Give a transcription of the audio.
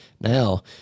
Now